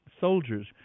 soldiers